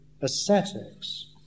ascetics